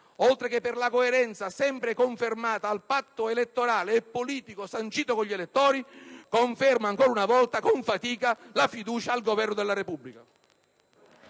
oltre che per la coerenza sempre confermata al patto elettorale e politico sancito con gli elettori, confermo ancora una volta, con fatica, la fiducia al Governo della Repubblica.